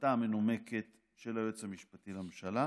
ההחלטה המנומקת של היועץ המשפטי לממשלה.